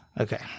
Okay